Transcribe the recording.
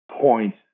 point